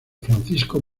francisco